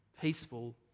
peaceful